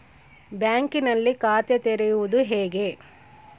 ಬ್ಯಾಂಕಿನಲ್ಲಿ ಖಾತೆ ತೆರೆಯುವುದು ಹೇಗೆ?